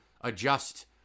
adjust